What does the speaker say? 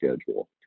schedule